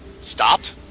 stopped